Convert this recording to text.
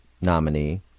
nominee